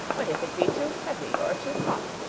but if it be too heavy or too hot.